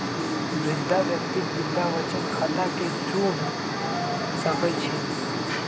वृद्धा व्यक्ति वृद्धा बचत खता के चुन सकइ छिन्ह